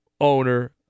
owner